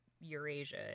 Eurasia